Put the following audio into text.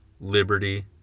liberty